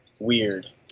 weird